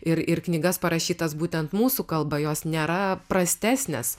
ir ir knygas parašytas būtent mūsų kalba jos nėra prastesnės